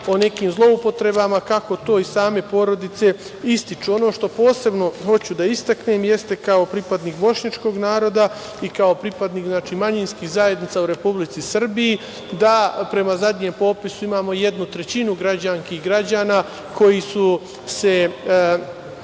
o nekim zloupotrebama kako to i same porodice ističu. Ono što posebno hoću da istaknem jeste kao pripadnik bošnjačkog naroda i kao pripadnik manjinskih zajednica u Republici Srbiji da, prema zadnjem popisu, imamo jednu trećinu građanki i građana koji su se